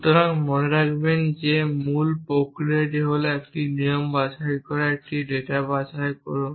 সুতরাং মনে রাখবেন যে মূল প্রক্রিয়াটি হল একটি নিয়ম বাছাই করা একটি ডেটা বাছাই করুন